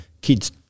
kid's